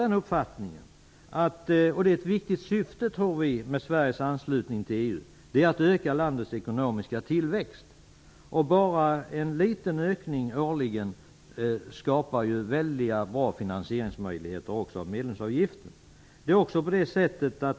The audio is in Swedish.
Vi tror att ett viktigt syfte med Sveriges anslutning till EU är att öka landets ekonomiska tillväxt. Bara en liten ökning årligen skapar ju väldigt bra finansieringsmöjligheter - också vad gäller medlemsavgiften.